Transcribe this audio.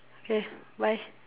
okay bye